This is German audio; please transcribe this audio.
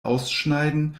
ausschneiden